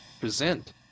present